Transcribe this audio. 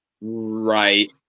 Right